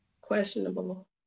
Questionable